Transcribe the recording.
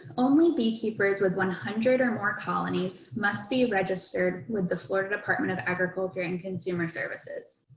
only beekeepers with one hundred or more colonies must be registered with the florida department of agriculture and consumer services.